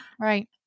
right